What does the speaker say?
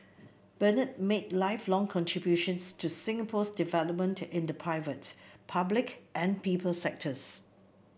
Bernard made lifelong contributions to Singapore's development in the private public and people sectors